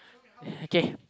okay